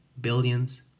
Billions